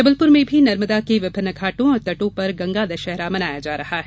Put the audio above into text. जबलपूर में भी नर्मदा के विभिन्न घाटों और तटों पर गंगा दशहरा मनाया जा रहा है